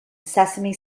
sesame